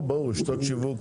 שלום,